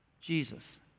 Jesus